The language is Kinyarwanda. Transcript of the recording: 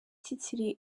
kikiri